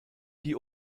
die